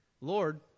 Lord